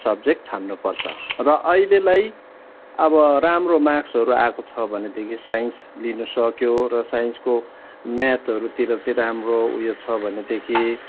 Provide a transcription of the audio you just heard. subject छान्नु पर्छ र अहिलेलाई अब राम्रो मार्क्सहरू आएको छ भनेदेखि साइन्स लिनुसक्यो र साइन्सको म्याथहरूतिर चाहिँ राम्रो उयो छ भनेदेखि